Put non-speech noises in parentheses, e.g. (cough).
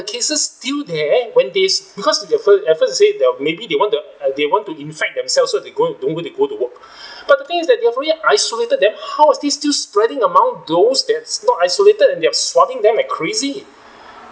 the cases still here when they because they first at first they say they're maybe they want to uh they want to infect themselves so they go don't need to go to work (breath) but the thing is that they've already isolated them how is this still spreading among those that's not isolated and they're swabbing them like crazy